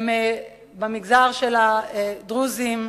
במגזר של הדרוזים,